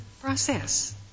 process